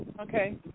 Okay